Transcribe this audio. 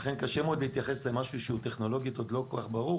ולכן קשה מאוד להתייחס למשהו שטכנולוגית הוא עוד לא כל כך ברור,